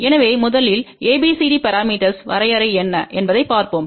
எனவே முதலில் ABCD parameters வரையறை என்ன என்பதைப் பார்ப்போம்